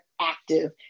active